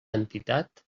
entitat